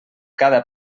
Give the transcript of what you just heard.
cada